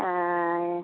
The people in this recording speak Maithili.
हँ